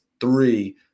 three